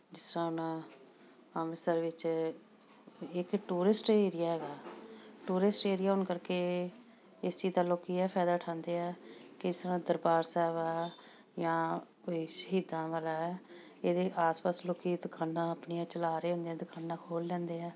ਜਿਸ ਤਰ੍ਹਾਂ ਹੁਣ ਅੰਮ੍ਰਿਤਸਰ ਵਿੱਚ ਇੱਕ ਟੂਰਿਸਟ ਏਰੀਆ ਹੈਗਾ ਟੂਰਿਸਟ ਏਰੀਆ ਹੋਣ ਕਰਕੇ ਇਸ ਚੀਜ਼ ਦਾ ਲੋਕ ਇਹ ਫਾਇਦਾ ਉਠਾਉਂਦੇ ਆ ਕਿ ਜਿਸ ਤਰ੍ਹਾਂ ਦਰਬਾਰ ਸਾਹਿਬ ਆ ਜਾਂ ਕੋਈ ਸ਼ਹੀਦਾਂ ਵਾਲਾ ਇਹਦੇ ਆਸ ਪਾਸ ਲੋਕ ਦੁਕਾਨਾਂ ਆਪਣੀਆਂ ਚਲਾ ਰਹੇ ਹੁੰਦੇ ਦੁਕਾਨਾਂ ਖੋਲ੍ਹ ਲੈਂਦੇ ਆ